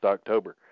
October